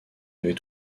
avait